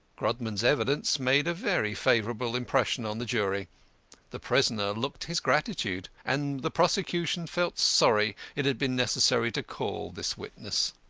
grodman's evidence made a very favourable impression on the jury the prisoner looked his gratitude and the prosecution felt sorry it had been necessary to call this witness.